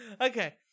Okay